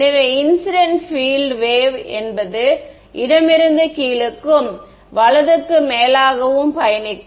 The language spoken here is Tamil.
எனவே இன்சிடென்ட் ஃபில்ட் வேவ் என்பது இடமிருந்து கீழுக்கும் வலதுக்கு மேலாகவும் பயணிக்கும்